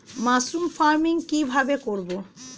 Mushroom farming কি ভাবে করব?